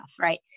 right